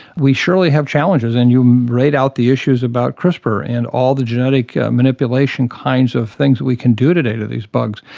we surely have challenges. and you write out the issues about crispr and all the genetic manipulation kinds of things we can do today to these bugs.